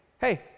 hey